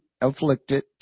afflicted